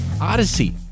odyssey